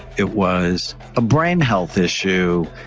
it was a brain health issue.